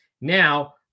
Now